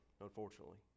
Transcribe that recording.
unfortunately